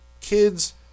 kids